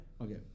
okay